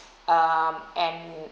um and